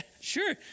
sure